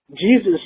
Jesus